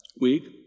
week